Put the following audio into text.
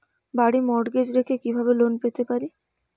বাড়ি মর্টগেজ রেখে কিভাবে লোন পেতে পারি?